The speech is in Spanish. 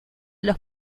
los